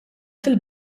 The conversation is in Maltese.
fil